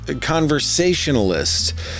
conversationalist